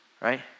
Right